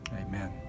Amen